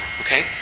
Okay